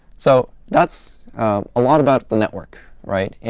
so that's a lot about the network, right?